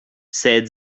said